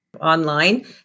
online